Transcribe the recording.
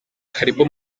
karibu